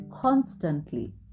constantly